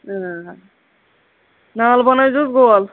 آ نال بَنٲیزیوس گول